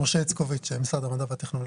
משה איצקוביץ, משרד המדע והטכנולוגיה.